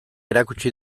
erakutsi